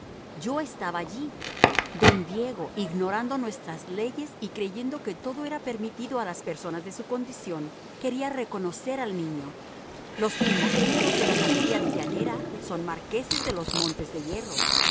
yo estaba allí don diego ignorando nuestras leyes y creyendo que todo era permitido a las personas de su condición quería reconocer al niño los primogénitos de la familia villanera son marqueses de los montes de hierro